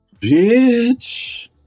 Bitch